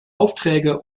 aufträge